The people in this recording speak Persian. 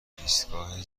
ایستگاه